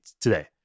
today